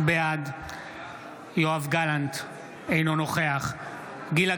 בעד יואב גלנט, אינו נוכח גילה